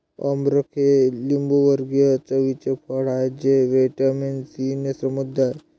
अमरख हे लिंबूवर्गीय चवीचे फळ आहे जे व्हिटॅमिन सीने समृद्ध आहे